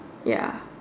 ya